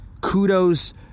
Kudos